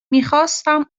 میخواستم